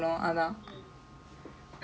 um nice